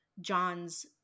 John's